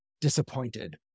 disappointed